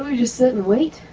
we just sit and wait?